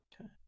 Okay